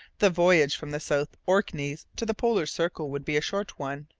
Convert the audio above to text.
the voyage from the south orkneys to the polar circle would be a short one.